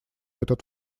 этот